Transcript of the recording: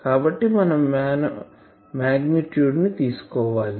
కాబట్టి మనం మాగ్నిట్యూడ్ ని తీసుకోవాలి